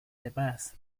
demás